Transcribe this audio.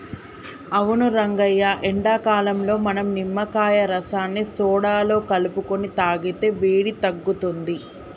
అవును రంగయ్య ఎండాకాలంలో మనం నిమ్మకాయ రసాన్ని సోడాలో కలుపుకొని తాగితే వేడి తగ్గుతుంది